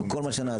עם כל מה שנעשה,